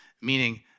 Meaning